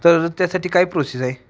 तर त्यासाठी काय प्रोसेस आहे